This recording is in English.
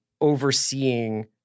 overseeing